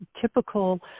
typical